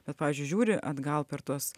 bet pavyzdžiui žiūri atgal per tuos